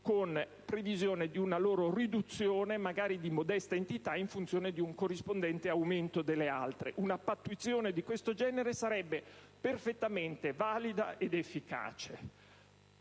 con previsione di una loro riduzione, magari di modesta entità, in funzione di un corrispondente aumento delle altre; una pattuizione di questo genere sarebbe perfettamente valida ed efficace.